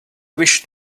wish